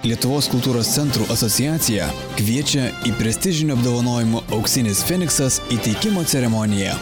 lietuvos kultūros centrų asociacija kviečia į prestižinio apdovanojimo auksinis feniksas įteikimo ceremoniją